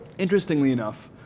interestingly enough